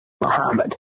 Muhammad